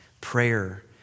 Prayer